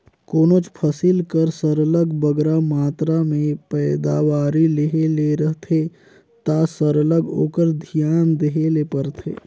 कोनोच फसिल कर सरलग बगरा मातरा में पएदावारी लेहे ले रहथे ता सरलग ओकर धियान देहे ले परथे